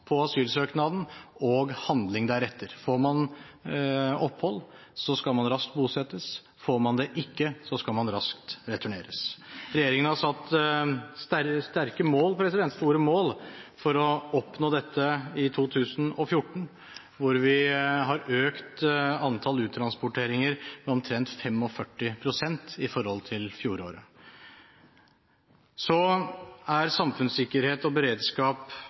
av asylsøknaden og handling deretter. Får man opphold, skal man raskt bosettes. Får man det ikke, skal man raskt returneres. Regjeringen har satt seg store mål for å oppnå dette i 2014, da vi har økt antall uttransporteringer med omtrent 45 pst. i forhold til fjoråret. Samfunnssikkerhet og beredskap